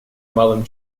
малым